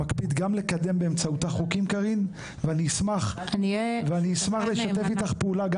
מקפיד גם לקדם באמצעותה חוקים קארין ואני אשמח לשתף איתך פעולה,